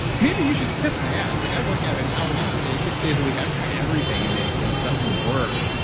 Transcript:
maybe you should kiss my ass. like i've worked out an hour and a half a day, six days a week. i've tried everything and it and it doesn't work.